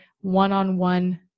one-on-one